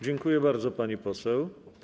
Dziękuję bardzo, pani poseł.